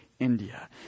india